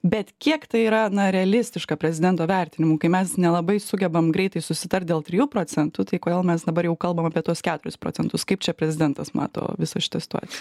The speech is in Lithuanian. bet kiek tai yra na realistiška prezidento vertinimu kai mes nelabai sugebam greitai susitart dėl trijų procentų tai kodėl mes dabar jau kalbam apie tuos keturis procentus kaip čia prezidentas mato visą šitą situaciją